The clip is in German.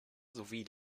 sowie